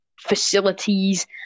facilities